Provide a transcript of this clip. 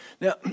Now